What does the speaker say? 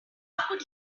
could